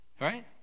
right